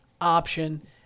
option